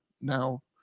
now